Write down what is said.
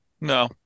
no